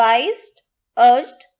advised urged,